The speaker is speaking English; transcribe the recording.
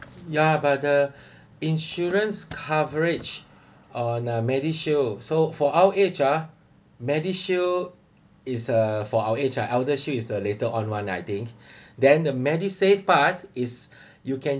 ya but the insurance coverage on uh medishield so for our age uh medishield is uh for our age uh eldershield is the later on [one] I think then the medisave part is you can